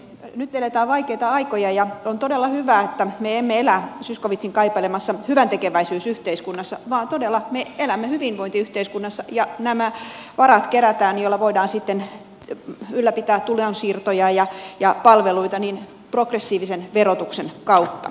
nyt eletään vaikeita aikoja ja on todella hyvä että me emme elä zyskowiczin kaipailemassa hyväntekeväisyysyhteiskunnassa vaan me todella elämme hyvinvointiyhteiskunnassa ja nämä varat kerätään joilla voidaan sitten ylläpitää tulonsiirtoja ja palveluita progressiivisen verotuksen kautta